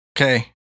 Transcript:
Okay